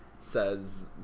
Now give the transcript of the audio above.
says